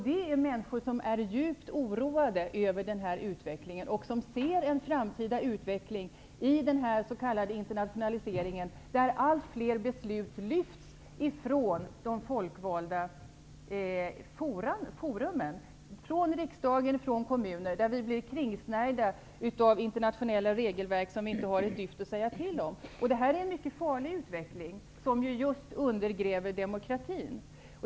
Det är människor som är djupt oroade över utvecklingen och som ser en framtida utveckling där den s.k. internationaliseringen innebär att allt fler beslut lyfts ifrån de folkvalda forumen, från riksdagen, från kommuner. Vi blir kringsnärjda av internationella regelverk som vi inte har ett dyft att säga till om. Detta är en mycket farlig utveckling, som just undergräver demokratin.